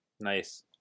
nice